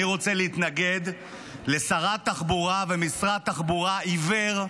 אני רוצה להתנגד לשרת תחבורה ולמשרד תחבורה עיוור,